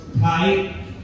tight